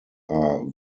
are